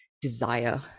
desire